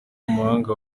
w’umuhanga